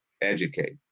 educate